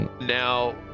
Now